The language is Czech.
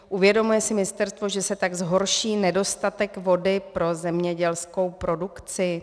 Uvědomuje si ministerstvo, že se tak zhorší nedostatek vody pro zemědělskou produkci?